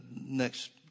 next